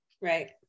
right